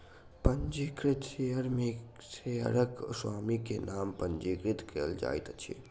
पंजीकृत शेयर में शेयरक स्वामी के नाम पंजीकृत कयल जाइत अछि